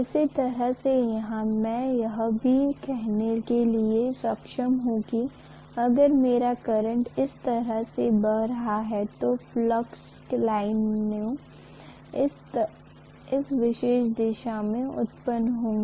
उसी तरह से यहाँ में यह भी कहने के लिए सक्षम हुं की अगर मेरा करंट इस तरह से बह रहा है तो फ्लक्स लाइनों इस विशेष दिशा में उत्पन्न होगी